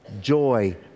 joy